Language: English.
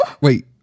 Wait